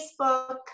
facebook